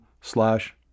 slash